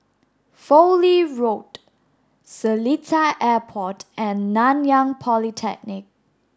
Fowlie Road Seletar Airport and Nanyang Polytechnic